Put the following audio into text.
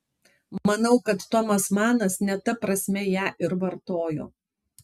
manau kad tomas manas ne ta prasme ją ir vartojo